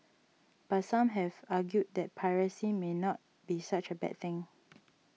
but some have argued that piracy may not be such a bad thing